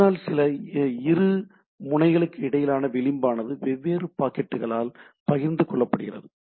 அதனால் இரு முனைகளுக்கு இடையிலான விளிம்பானது வெவ்வேறு பாக்கெட்டுகளால் பகிர்ந்து கொள்ளப்படுகிறது